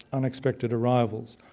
unexpected arrivals.